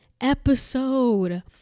episode